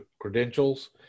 credentials